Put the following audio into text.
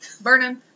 burning